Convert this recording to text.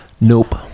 Nope